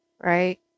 Right